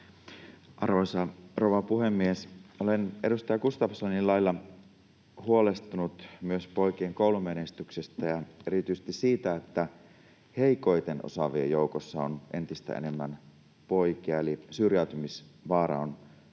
rouva puhemies! Olen edustaja Gustafssonin lailla huolestunut myös poikien koulumenestyksestä ja erityisesti siitä, että heikoiten osaavien joukossa on entistä enemmän poikia eli syrjäytymisvaara on suuri.